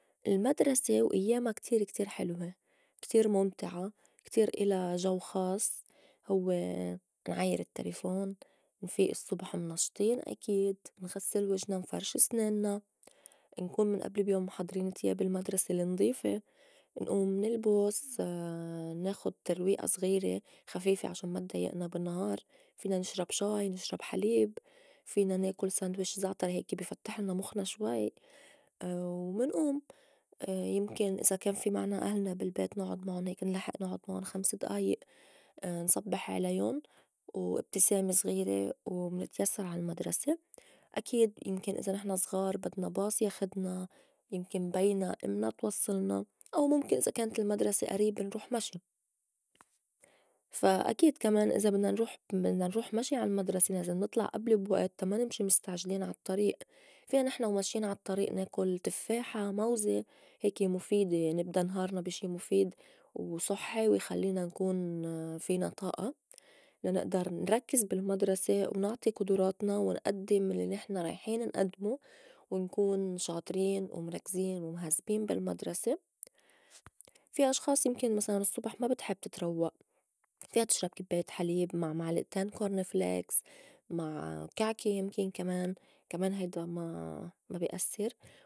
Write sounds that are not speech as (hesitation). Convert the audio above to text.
المدرسة وأيّاما كتير كتير حلوة كتير مُمتعة كتير إلا جو خاص هوّ (hesitation) نعيّر التّلفون نفيئ الصّبح منشطين أكيد نغسّل وجنا، نفرشي سنانّا، نكون من ئبل بيوم محضرين تياب المدرسة النضيفة، نئوم منلبس، (hesitation) ناخُد ترويئة صغيرة خفيفة عشان ما تضايئنا بالنهار، فينا نشرب شاي، نشرب حليب، فينا ناكُل ساندويش زعتر هيك بي فتّحلنا مخنا شوي، (hesitation) ومنئوم (hesitation) يمكن إذا كان في معنا أهلنا بالبيت نعُد معُن هيك نلحّأ نعُد معُن خمس دئايئ (hesitation) نصبّح عليُن، وإبتسامة زغيرة ومنتيسّر عالمدرسة أكيد يمكن إذا نحن زغار بدنا باص ياخدنا يمكن بينا إمنا توصّلنا، أو مُمكن إذا كانت المدرسة أريبة نروح مشي فا أكيد كمان إذا بدنا- نروح- بدنا نروح مشي عالمدرسة لازم نطلع أبل بوئت تا ما نمشي مستعجلين عالطّريئ فينا نحن وماشين عالطّريئ ناكُل تفّاحة، موزة، هيكة مُفيدة نبدا نهارنا بي شي مُفيد وصحّي ويخلّينا نكون فينا طائة لا نئدر نركّز بالمدرسة ونعطي قُدراتنا ونأدّم الّي نحن رايحين نأدمو ونكون شاطرين ومركزين ومهزبين بالمدرسة. في أشخاص يمكن مسلاً الصُّبح ما بتحب تتروّء فيا تشرب كبّاية حليب مع معلئتين كورن فليكس مع كعكة يمكن كمان- كمان هيدا ما- ما بي أسّر.